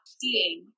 seeing